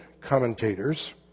commentators